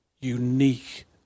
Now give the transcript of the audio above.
unique